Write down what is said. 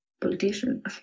Politician